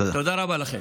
תודה רבה לכם.